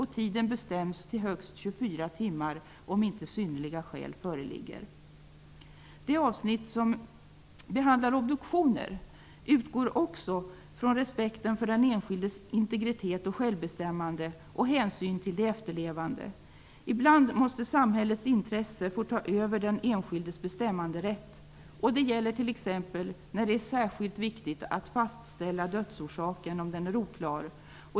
Tiden bestäms till högst 24 timmar om inte synnerliga skäl föreligger. Också det avsnitt som behandlar obduktioner utgår från respekten för den enskildes integritet och självbestämmande och hänsyn till de efterlevande. Ibland måste samhällets intresse få ta över den enskildes bestämmanderätt. Det gäller t.ex. när det är särskilt viktigt att fastställa dödsorsaken, om den är oklar.